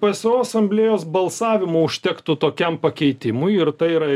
pso asamblėjos balsavimo užtektų tokiam pakeitimui ir tai yra